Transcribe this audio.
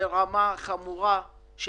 ברמה חמורה.